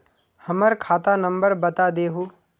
हमर खाता नंबर बता देहु?